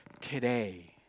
today